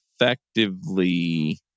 effectively